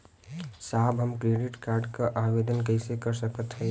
साहब हम credit card क आवेदन कइसे कर सकत हई?